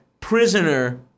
prisoner